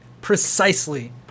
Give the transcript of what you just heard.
precisely